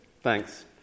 Thanks